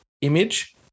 image